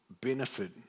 benefit